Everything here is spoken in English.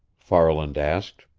farland asked.